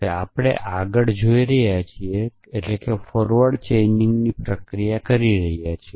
આ આપણે આગળ જોઈ રહ્યા છીએ ચેઇનિંગની પ્રક્રિયા છે